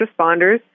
responders